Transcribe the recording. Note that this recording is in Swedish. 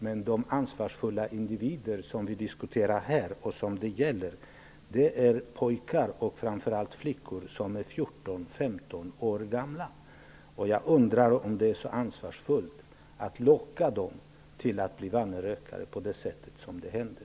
Men de ansvarsfulla individer vi diskuterar här är pojkar och framför allt flickor i 14--15 års ålder. Jag undrar om det är så ansvarsfullt att locka dem till att bli vanerökare.